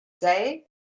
day